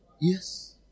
Yes